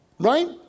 right